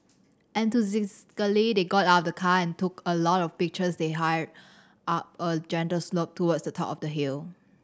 they got out of the car and took a lot of pictures they hiked up a gentle slope towards the top of the hill